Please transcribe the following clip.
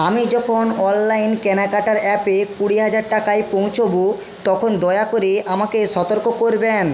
আমি যখন অনলাইন কেনাকাটার অ্যাপে কুড়ি হাজার টাকায় পৌঁছবো তখন দয়া করে আমাকে সতর্ক করবেন